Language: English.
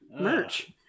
Merch